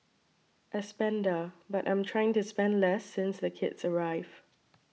a spender but I'm trying to spend less since the kids arrived